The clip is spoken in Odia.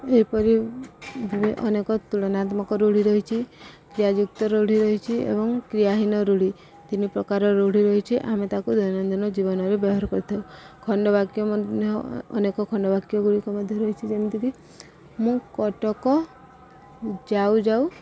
ଏହିପରି ଅନେକ ତୁଳନାତ୍ମକ ରୂଢ଼ି ରହିଛିି କ୍ରିୟା ଯୁକ୍ତ ରୂଢ଼ି ରହିଛିି ଏବଂ କ୍ରିୟାହୀନ ରୂଢ଼ି ତିନି ପ୍ରକାର ରୂଢ଼ି ରହିଛି ଆମେ ତାକୁ ଦୈନନ୍ଦିନ ଜୀବନରେ ବ୍ୟବହାର କରିଥାଉ ଖଣ୍ଡବାକ୍ୟ ମଧ୍ୟ ଅନେକ ଖଣ୍ଡବାକ୍ୟ ଗୁଡ଼ିକ ମଧ୍ୟ ରହିଛିି ଯେମିତିକି ମୁଁ କଟକ ଯାଉ ଯାଉ